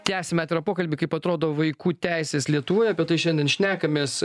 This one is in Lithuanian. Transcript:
tęsiame pokalbį kaip atrodo vaikų teisės lietuvoj apie tai šiandien šnekamės